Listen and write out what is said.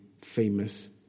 famous